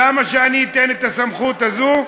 למה שאני אתן את הסמכות הזאת,